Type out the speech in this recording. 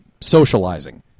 socializing